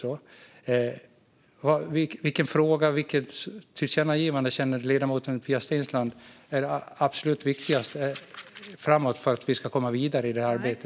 Vilken fråga och vilket tillkännagivande känner ledamoten Pia Steensland är absolut viktigast framåt för att vi ska komma vidare i detta arbete?